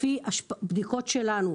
לפי בדיקות שלנו,